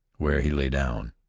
where he lay down.